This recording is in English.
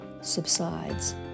subsides